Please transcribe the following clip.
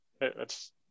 that's-